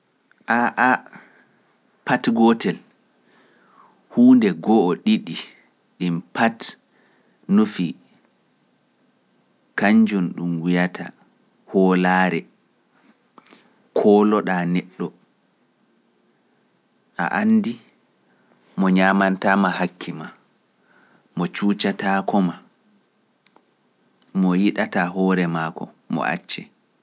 A a pat gootel huunde go'o ɗiɗi ɗin pat nufi, kañjum ɗum wiyata hoolaare. kooloɗaa neɗɗo, a anndi mo ñaamantaama hakke maa, mo cuucataako maa, mo yiɗataa hoore maako, mo accee.